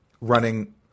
running